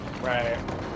Right